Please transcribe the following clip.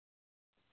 हूँ